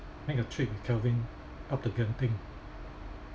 make a trip with kelvin up to genting